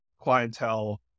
clientele